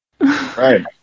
Right